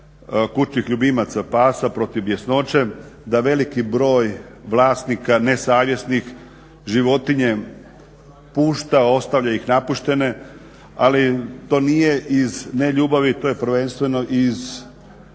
kućnih ljubimaca pasa protiv bjesnoće, da veliki broj vlasnika nesavjesnih životinje pušta, ostavlja ih napuštene ali to nije iz neljubavi, to je prvenstveno iz